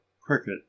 cricket